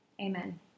Amen